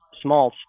small